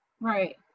right